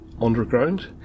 underground